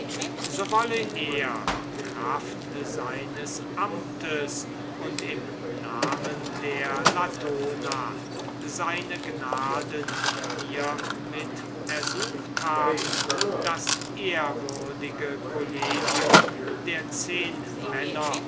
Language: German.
so wolle er kraft seines amtes und im namen der latona seine gnaden hiemit ersucht haben das collegium der zehnmänner